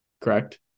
Correct